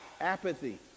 apathy